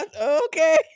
Okay